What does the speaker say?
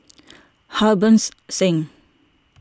Harbans Singh